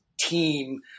team